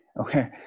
Okay